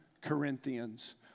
Corinthians